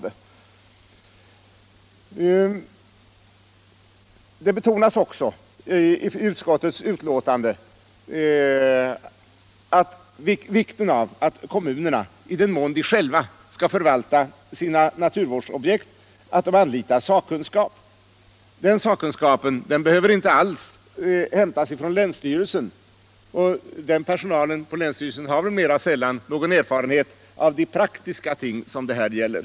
Man betonar också i utskottets betänkande vikten av att kommunerna, i den mån de själva skall förvalta sina naturvårdsobjekt, anlitar sakkunskap. Den sakkunskapen behöver inte alls hämtas från länsstyrelsen, vars personal ju mera sällan har någon erfarenhet av de praktiska ting som det här gäller.